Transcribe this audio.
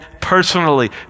personally